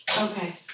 Okay